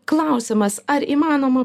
klausiamas ar įmanoma